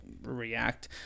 react